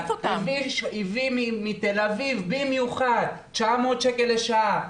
הביא מתל אביב במיוחד 900 שקל לשעה,